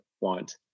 want